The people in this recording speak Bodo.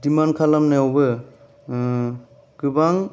दिमान खालामनायावबो गोबां